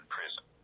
prison